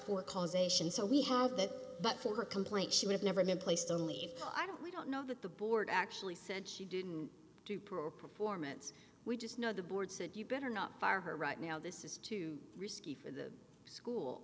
for causation so we have that but for her complaint she had never been placed on leave i don't we don't know that the board actually said she didn't do poor performance we just know the board said you better not fire her right now this is too risky for the school